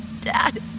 Dad